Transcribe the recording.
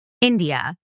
India